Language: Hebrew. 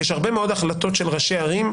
יש הרבה מאוד החלטות של ראשי ערים,